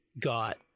got